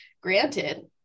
Granted